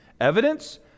evidence